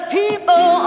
people